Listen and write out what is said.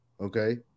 okay